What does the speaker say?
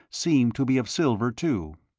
seemed to be of silver, too.